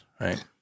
Right